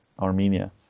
Armenia